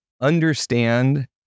understand